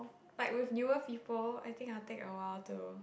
like with newer people I think I'll take a while to